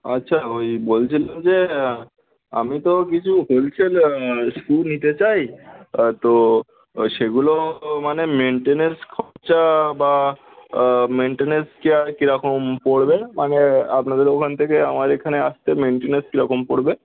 আচ্ছা ওই বলছিলাম যে আমি তো কিছু হোলসেল শু নিতে চাই তা তো সেগুলো মানে মেন্টেনেন্স খরচা বা মেন্টেনেন্স কেয়ার কিরকম পড়বে মানে আপনাদের ওখান থেকে আমার এখানে আসতে মেন্টেনেন্স কিরকম পড়বে